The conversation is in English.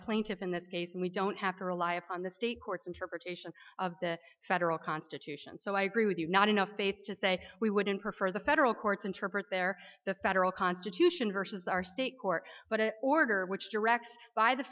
plaintiff in this case and we don't have to rely upon the state courts interpretation of the federal constitution so i agree with you not enough faith to say we wouldn't prefer the federal courts interpret their the federal constitution versus our state court but order which directs by the